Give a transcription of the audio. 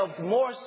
more